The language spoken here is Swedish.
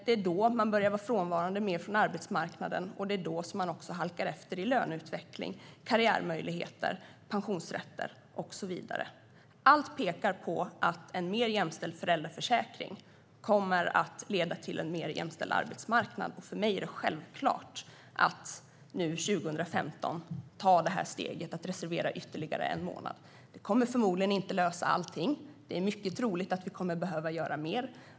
Det är då de börjar vara mer frånvarande från arbetsmarknaden, och det är då de halkar efter i löneutveckling, karriärmöjligheter och pensionsrätter. Allt pekar på att en mer jämställd föräldraförsäkring kommer att leda till en mer jämställd arbetsmarknad. För mig är det självklart att 2015 ta steget att reservera ytterligare en månad. Det kommer förmodligen inte att lösa allt, och det är mycket troligt att vi kommer att behöva göra mer.